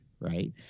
Right